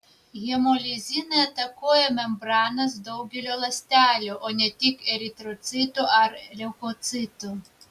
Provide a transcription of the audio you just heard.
hemolizinai atakuoja membranas daugelio ląstelių o ne tik eritrocitų ar leukocitų